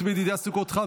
צבי ידידיה סוכות,